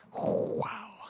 Wow